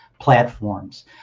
platforms